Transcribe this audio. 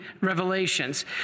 revelations